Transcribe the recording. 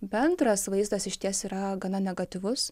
bendras vaizdas išties yra gana negatyvus